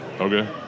okay